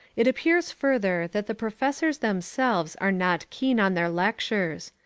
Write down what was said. it appears further that the professors themselves are not keen on their lectures.